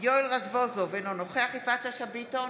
יואל רזבוזוב, אינו נוכח יפעת שאשא ביטון,